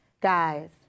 Guys